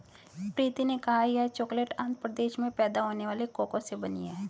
प्रीति ने कहा यह चॉकलेट आंध्र प्रदेश में पैदा होने वाले कोको से बनी है